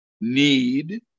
need